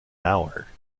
hour